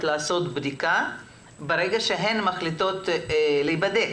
לעשות בדיקה ברגע שהן מחליטות להיבדק.